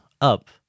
up